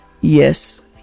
yes